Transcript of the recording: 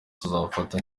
tubafata